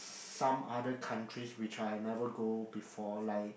some other countries which I've never go before like